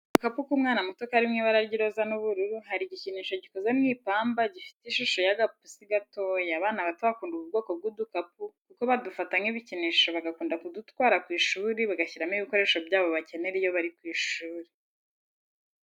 Agakapu k'umwana muto kari mu ibara ry'iroza n'ubururu, hari igikinisho gikoze mu ipamba gifite ishusho y'agapusi gatoya, abana bato bakunda ubu bwoko bw'udukapu kuko badufata nk'ibikinisho bagakunda kudutwara ku ishuri bagashyiramo ibikoresho byabo bakenera iyo bari ku ishuri.